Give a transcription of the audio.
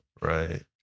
Right